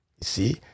See